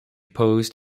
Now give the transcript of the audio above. posed